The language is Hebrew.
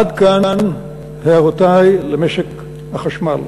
עד כאן הערותי על משק החשמל.